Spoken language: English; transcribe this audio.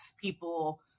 people